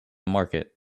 market